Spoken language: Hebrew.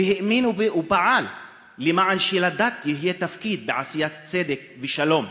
והאמין ופעל כדי שלדת יהיה תפקיד בעשיית צדק ושלום.